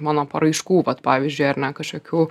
mano paraiškų vat pavyzdžiui ar ne kažkokių